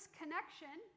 connection